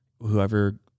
whoever